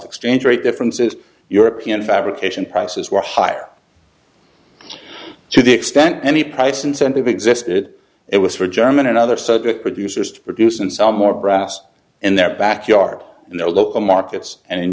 strange rate differences european fabrication prices were higher to the extent any price incentive existed it was for german and other so good producers to produce and sell more brass in their backyard in their local markets and